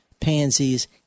pansies